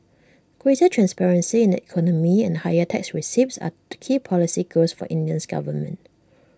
greater transparency in the economy and higher tax receipts are key policy goals for India's government